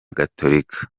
gatolika